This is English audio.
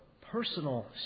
personal